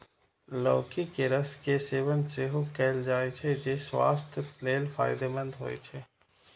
लौकी के रस के सेवन सेहो कैल जाइ छै, जे स्वास्थ्य लेल फायदेमंद होइ छै